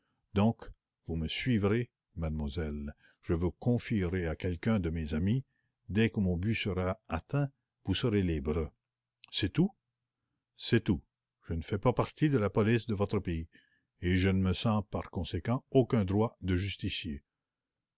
donc vous me suivrez mademoiselle je vous confierai à quelqu'un de mes amis dès que mon but sera atteint vous serez libre c'est tout c'est tout je ne fais pas partie de la police de votre pays et je ne me sens par conséquent aucun droit de justicier